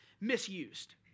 misused